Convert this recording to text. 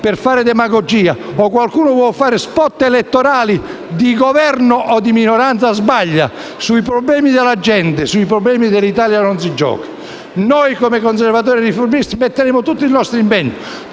per fare demagogia o fare *spot* elettorali di Governo o di minoranza, sbaglia. Sui problemi della gente, sui problemi dell'Italia non si gioca. Noi come Conservatori e Riformisti metteremo tutto il nostro impegno